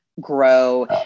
grow